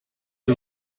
ari